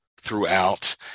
throughout